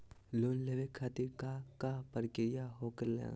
Loan लेवे खातिर का का प्रक्रिया होखेला?